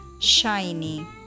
shiny